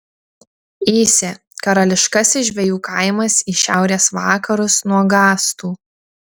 įsė karališkasis žvejų kaimas į šiaurės vakarus nuo gastų